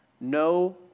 no